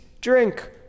drink